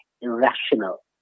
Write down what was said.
irrational